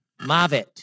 Mavet